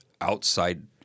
outside